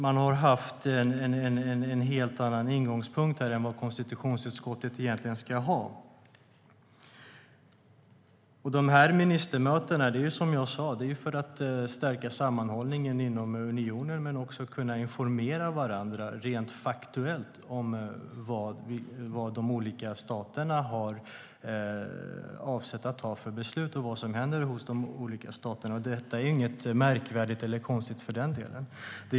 Man har haft en helt annan utgångspunkt här än vad konstitutionsutskottet egentligen ska ha. Som jag sa är syftet med ministermötena att stärka sammanhållningen inom unionen men också att kunna informera varandra rent faktamässigt om vad de olika staterna har avsett att ta för beslut och vad som händer i de olika staterna. Detta är inget märkvärdigt eller konstigt.